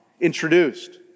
introduced